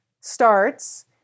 starts